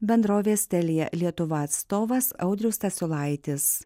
bendrovės telia lietuva atstovas audrius stasiulaitis